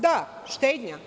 Da, štednja.